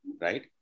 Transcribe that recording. right